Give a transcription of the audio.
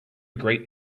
great